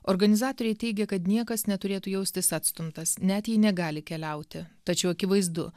organizatoriai teigia kad niekas neturėtų jaustis atstumtas net jei negali keliauti tačiau akivaizdu